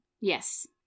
Yes